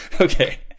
Okay